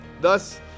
Thus